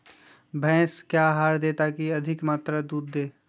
भैंस क्या आहार दे ताकि अधिक मात्रा दूध दे?